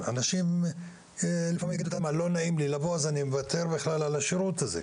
אנשים לפעמים יגידו: לא נעים לי לבוא אז אני אוותר בכלל על השירות הזה.